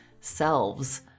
selves